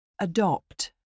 Adopt